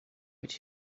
what